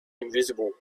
invisible